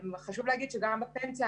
חשוב להגיד שגם בפנסיה,